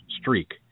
streak